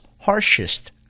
harshest